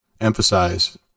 emphasize